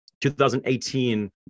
2018